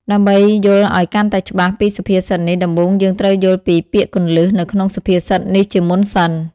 ដើម្បីយល់ឲ្យកាន់តែច្បាស់ពីសុភាសិតនេះដំបូងយើងត្រូវយល់ពីពាក្យគន្លឹះនៅក្នុងសុភាសិតនេះជាមុនសិន។